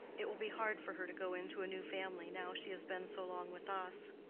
it will be hard for her to go into a new family now she has been so long with us.